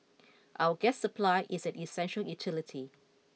our gas supply is an essential utility